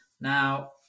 now